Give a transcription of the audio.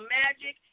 magic